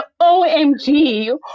omg